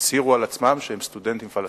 שהצהירו על עצמם שהם סטודנטים פלסטינים,